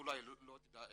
אולי לא ידע הודית.